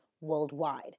worldwide